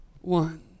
one